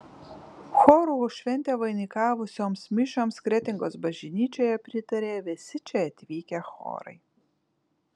chorų šventę vainikavusioms mišioms kretingos bažnyčioje pritarė visi čia atvykę chorai